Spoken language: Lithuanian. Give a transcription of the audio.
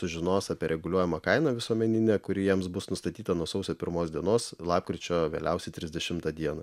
sužinos apie reguliuojamą kainą visuomeninę kuri jiems bus nustatyta nuo sausio pirmos dienos lapkričio vėliausiai trisdešimtą dieną